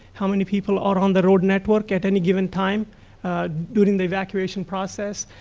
how many people are on the road network at any given time during the evacuation process?